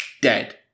dead